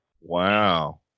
wow